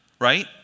right